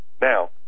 Now